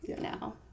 now